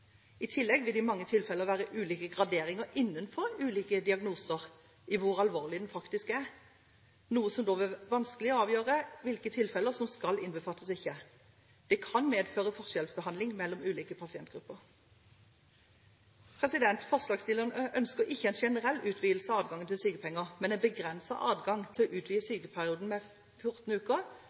I tillegg vil det i mange tilfeller være ulike graderinger innenfor den enkelte diagnose avhengig av hvor alvorlig den faktisk er, noe som da vil gjøre det vanskelig å avgjøre hvilke tilfeller som skal – og hvilke som ikke skal – innbefattes. Det kan medføre forskjellsbehandling mellom ulike pasientgrupper. Forslagsstillerne ønsker ikke en generell utvidelse av adgangen til sykepenger, men en begrenset adgang til å utvide sykepengeperioden med 14 uker